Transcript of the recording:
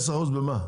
15% במה?